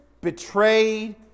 betrayed